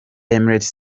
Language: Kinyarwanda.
emirates